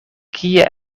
kie